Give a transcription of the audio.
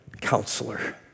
counselor